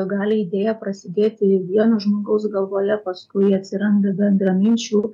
gali idėja prasidėti vieno žmogaus galvoje paskui atsiranda bendraminčių